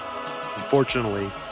Unfortunately